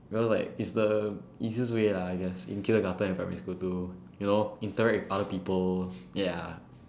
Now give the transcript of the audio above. cause like is the easiest way lah I guess in kindergarten and primary school to you know interact with other people ya